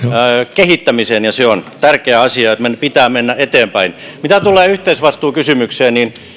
kehittämiseen ja se on tärkeä asia että meidän pitää mennä eteenpäin mitä tulee yhteisvastuukysymykseen niin